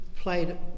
played